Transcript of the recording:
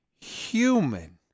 human